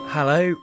Hello